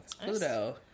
pluto